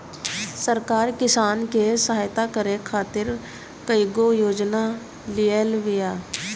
सरकार किसान के सहयता करे खातिर कईगो योजना लियाइल बिया